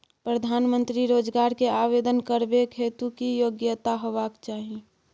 प्रधानमंत्री रोजगार के आवेदन करबैक हेतु की योग्यता होबाक चाही?